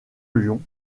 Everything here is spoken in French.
lyon